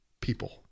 people